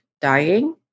dying